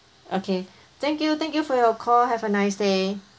okay thank you thank you for your call have a nice day